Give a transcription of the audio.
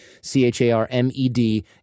C-H-A-R-M-E-D